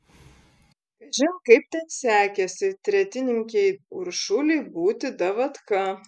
kažin kaip ten sekėsi tretininkei uršulei būti davatka